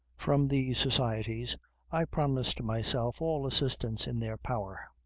from these societies i promised myself all assistance in their power,